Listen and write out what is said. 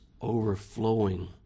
overflowing